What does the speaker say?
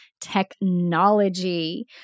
technology